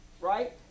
Right